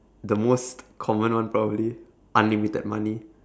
the most common one probably unlimited money